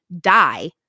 die